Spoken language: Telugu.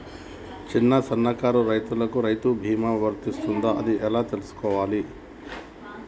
చిన్న సన్నకారు రైతులకు రైతు బీమా వర్తిస్తదా అది ఎలా తెలుసుకోవాలి?